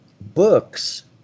books